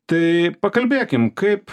tai pakalbėkim kaip